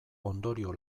ondorio